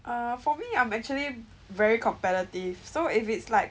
err for me I'm actually very competitive so if it's like